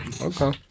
Okay